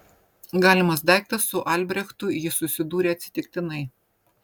galimas daiktas su albrechtu ji susidūrė atsitiktinai